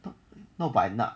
no not by not